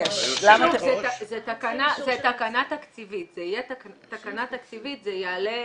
זו תקנה תקציבית, זו תהיה תקנה תקציבית, זה יעלה,